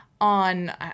on